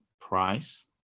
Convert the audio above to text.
price